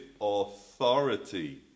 authority